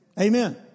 Amen